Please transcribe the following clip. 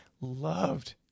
Loved